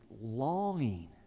longing